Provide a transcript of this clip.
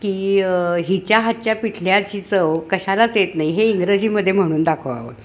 की हिच्या हातच्या पिठल्याची चव कशालाच येत नाही हे इंग्रजीमध्ये म्हणून दाखवावं